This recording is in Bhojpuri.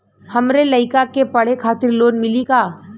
हमरे लयिका के पढ़े खातिर लोन मिलि का?